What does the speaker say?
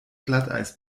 glatteis